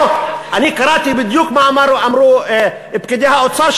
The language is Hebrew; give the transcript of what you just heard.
אני קראתי בדיוק מה אמרו פקידי האוצר,